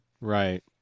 Right